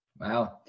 Wow